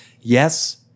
Yes